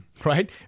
right